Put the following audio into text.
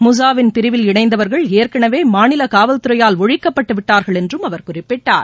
முஸா வின் பிரிவில் இணைந்தவர்கள் ஏற்களவே மாநில காவல்துறையால் ஒழிக்கப்பட்டுவிட்டார்கள் என்றும் அவர் குறிப்பிட்டார்